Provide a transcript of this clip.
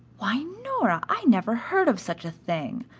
why, nora, i never heard of such a thing.